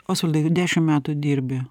osvaldai dešim metų dirbi